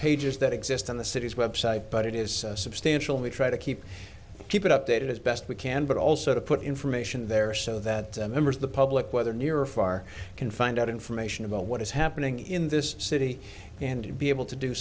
pages that exist on the city's website but it is substantial we try to keep keep it updated as best we can but also to put information there so that members of the public whether near or far can find out information about what is happening in this city and be able to do